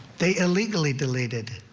they illegally deleted.